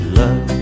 love